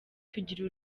tugira